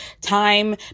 time